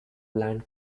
land